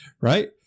right